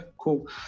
Cool